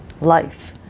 life